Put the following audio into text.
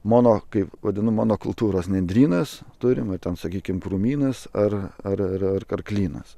mono kaip vadinu monokultūros nendrynas turim va ten sakykim krūmynas ar ar karklynas